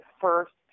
first